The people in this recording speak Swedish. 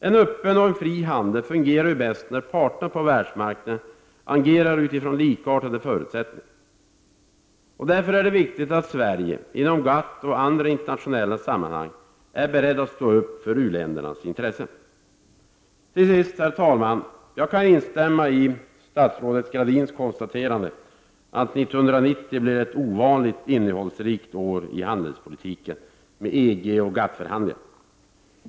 En öppen och fri handel fungerar bäst när parterna på världsmarknaden agerar utifrån likartade förutsättningar. Därför är det viktigt att Sverige i bl.a. GATT och andra internationella sammanhang är berett att stå upp för u-ländernas intressen. Till sist, herr talman! Jag kan instämma i statsrådet Gradins konstaterande att 1990 blir ett ovanligt innehållsrikt år inom handelspolitiken med EG och GATT-förhandlingar.